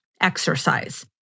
exercise